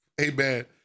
amen